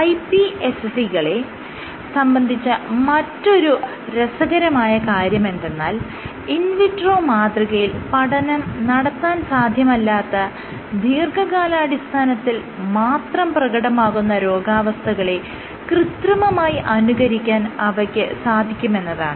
iPSC കളെ സംബന്ധിച്ച മറ്റൊരു രസകരമായ കാര്യമെന്തെന്നാൽ ഇൻ വിട്രോ മാതൃകയിൽ പഠനം നടത്താൻ സാധ്യമല്ലാത്ത ദീർഘകാലാടിസ്ഥാനത്തിൽ മാത്രം പ്രകടമാകുന്ന രോഗാവസ്ഥകളെ കൃത്രിമമായി അനുകരിക്കാൻ അവയ്ക്ക് സാധിക്കുമെന്നതാണ്